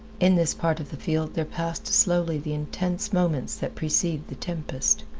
in this part of the field there passed slowly the intense moments that precede the tempest.